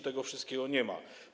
Tego wszystkiego nie ma.